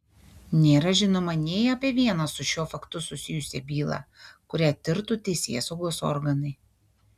nėra žinoma nei apie vieną su šiuo faktu susijusią bylą kurią tirtų teisėsaugos organai